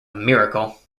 miracle